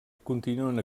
continuen